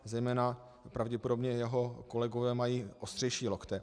Zejména pravděpodobně jeho kolegové mají ostřejší lokty.